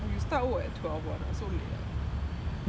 oh you start work at twelve [one] ah so late ah